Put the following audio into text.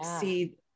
see